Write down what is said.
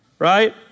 right